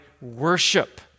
worship